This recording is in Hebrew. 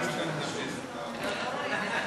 אני.